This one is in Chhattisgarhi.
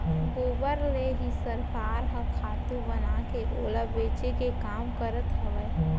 गोबर ले ही सरकार ह खातू बनाके ओला बेचे के काम करत हवय